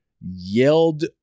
yelled